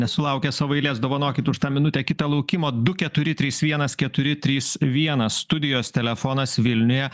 nesulaukė savo eilės dovanokit už tą minutę kitą laukimo du keturi trys vienas keturi trys vienas studijos telefonas vilniuje